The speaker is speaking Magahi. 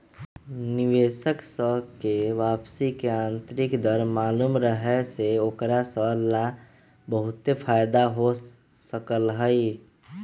निवेशक स के वापसी के आंतरिक दर मालूम रहे से ओकरा स ला बहुते फाएदा हो सकलई ह